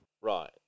Right